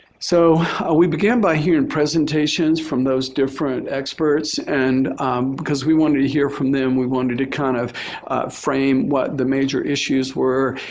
so ah we began by hearing presentations from those different experts and because we wanted to hear from them, we wanted to kind of frame what the major issues were.